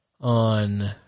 on